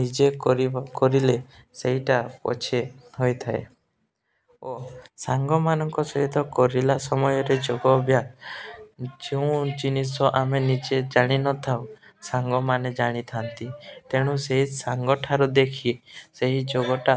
ନିଜେ କରିବ କରିଲେ ସେଇଟା ପଛେ ହୋଇଥାଏ ଓ ସାଙ୍ଗମାନଙ୍କ ସହିତ କରିଲା ସମୟରେ ଯୋଗ ଅଭ୍ୟାସ ଯେଉଁ ଜିନିଷ ଆମେ ନିଜେ ଜାଣିନଥାଉ ସାଙ୍ଗମାନେ ଜାଣିଥାନ୍ତି ତେଣୁ ସେ ସାଙ୍ଗଠାରୁ ଦେଖି ସେହି ଯୋଗଟା